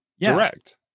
direct